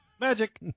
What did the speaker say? Magic